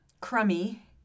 crummy